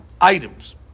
items